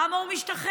למה הוא משתחרר?